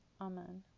Amen